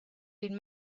been